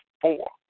four